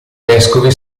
vescovi